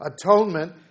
atonement